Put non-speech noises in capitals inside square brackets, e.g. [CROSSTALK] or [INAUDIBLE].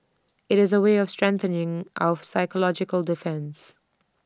IT is A way of strengthening our [NOISE] psychological defence